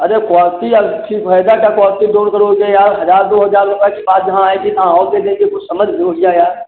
अरे क्वालिटी अच्छी फायदा क्या क्वालिटी दूर करोगे यार हज़ार दो हज़ार रुपये की बात जहाँ आएगी तहाँ और दे देंगे कुछ समझ बूझ लो यार